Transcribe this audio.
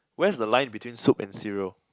where's the line between soup and cereal